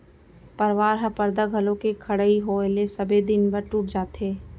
परवार ह परदा घलौ के खड़इ होय ले सबे दिन बर टूट जाथे